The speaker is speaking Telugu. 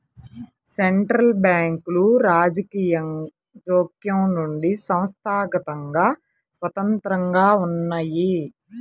సెంట్రల్ బ్యాంకులు రాజకీయ జోక్యం నుండి సంస్థాగతంగా స్వతంత్రంగా ఉన్నయ్యి